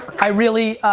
i really,